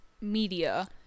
media